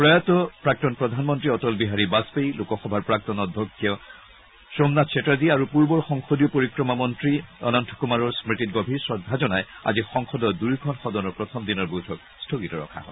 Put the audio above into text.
প্ৰয়াত প্ৰাক্তন প্ৰধানমন্ত্ৰী অটল বিহাৰী বাজপেয়ী লোকসভাৰ প্ৰাক্তন অধ্যক্ষ সোমনাথ চেটাৰ্জী আৰু পূৰ্বৰ সংসদীয় পৰিক্ৰমা মন্ত্ৰী অনন্ত কুমাৰৰ স্মৃতিত গভীৰ শ্ৰদ্ধা জনাই আজি সংসদৰ দুয়োখন সদনৰ প্ৰথম দিনাৰ বৈঠক স্থগিত ৰখা হয়